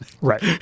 Right